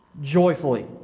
Joyfully